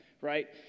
right